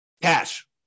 cash